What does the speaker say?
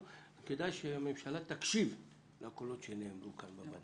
שהממשלה תקשיב לקולות שנשמעים בוועדה.